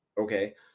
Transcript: Okay